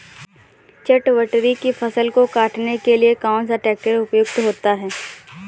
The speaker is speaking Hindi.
चटवटरी की फसल को काटने के लिए कौन सा ट्रैक्टर उपयुक्त होता है?